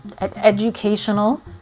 educational